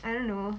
I don't know